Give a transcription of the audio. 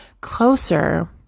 closer